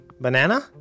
Banana